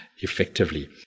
Effectively